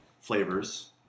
flavors